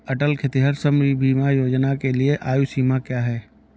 अटल खेतिहर श्रम बीमा योजना के लिए आयु सीमा क्या है?